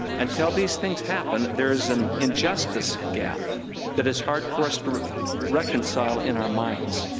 until these things happen, there is an injustice gap that is hard for us to reconcile in our minds,